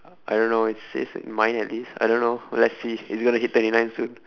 I don't know it says at mine at least I don't know let's see it's going to hit twenty nine soon